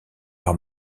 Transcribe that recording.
par